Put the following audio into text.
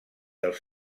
els